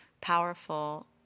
powerful